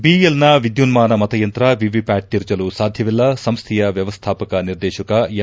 ಬಿಇಎಲ್ನ ವಿದ್ಯುನ್ಮಾನ ಮತಯಂತ್ರ ವಿವಿಪ್ಕಾಟ್ ತಿರುಚಲು ಸಾಧ್ಯವಿಲ್ಲ ಸಂಸ್ಥೆಯ ವ್ಕವಸ್ಥಾಪಕ ನಿರ್ದೇಶಕ ಎಂ